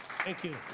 thank you.